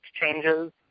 changes